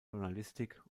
journalistik